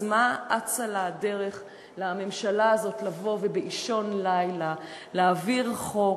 אז מה אצה לה הדרך לממשלה הזאת לבוא ובאישון לילה להעביר חוק,